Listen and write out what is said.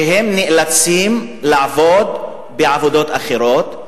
שהם נאלצים לעבוד בעבודות אחרות,